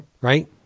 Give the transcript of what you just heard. Right